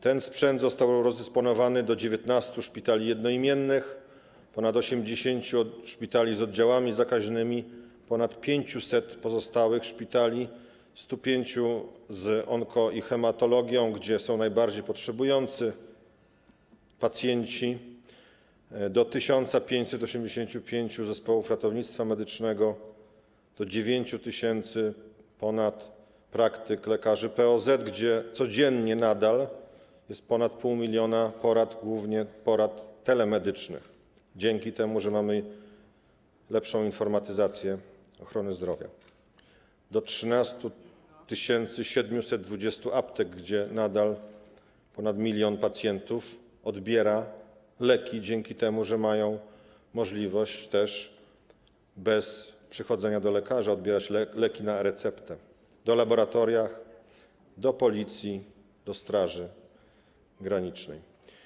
Ten sprzęt został rozdysponowany do 19 szpitali jednoimiennych, ponad 80 szpitali z oddziałami zakaźnymi, do ponad 500 pozostałych szpitali, do 105 z onkologią i hematologią, gdzie są najbardziej potrzebujący pacjenci, do 1585 zespołów ratownictwa medycznego, do ponad 9 tys. praktyk lekarzy POZ, gdzie nadal codziennie jest udzielanych ponad pół miliona porad, głównie porad telemedycznych, dzięki temu, że mamy lepszą informatyzację ochrony zdrowia, do 13 720 aptek, gdzie nadal ponad milion pacjentów odbiera leki, dzięki temu, że mają oni możliwość bez przychodzenia do lekarza odbierać leki na receptę, do laboratoriów, do Policji, do Straży Granicznej.